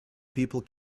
people